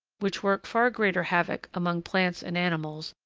which work far greater havoc among plants and animals,